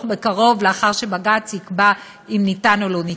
בקרוב לאחר שבג"ץ יקבע אם ניתן או לא ניתן.